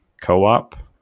co-op